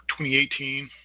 2018